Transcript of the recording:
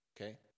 Okay